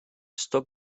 stock